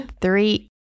Three